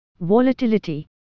volatility